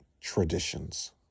traditions